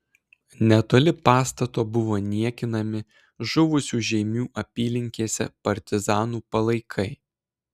netoli pastato buvo niekinami žuvusių žeimių apylinkėse partizanų palaikai